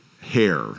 hair